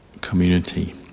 community